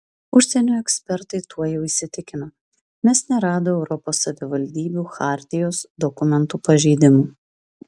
užsienio ekspertai tuo jau įsitikino nes nerado europos savivaldybių chartijos dokumentų pažeidimų